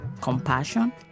compassion